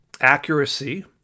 accuracy